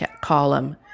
column